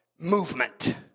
movement